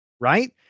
right